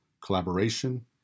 collaboration